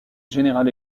general